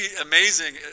amazing